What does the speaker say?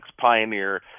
pioneer